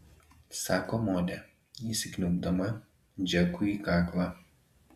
sako molė įsikniaubdama džekui į kaklą